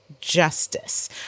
justice